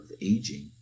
aging